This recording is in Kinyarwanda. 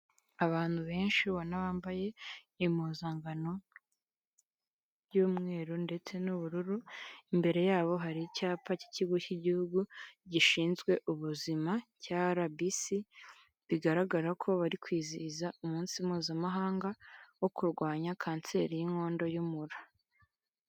Abantu benshi ubona bambaye impuzangano y'umweru ndetse n'ubururu, imbere yabo hari icyapa cy'ikigo cy'igihugu gishinzwe ubuzima cya RBC bigaragara ko bari kwizihiza umunsi mpuzamahanga wo kurwanya kanseri y'inkondo y'umura.